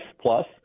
Plus